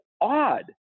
odd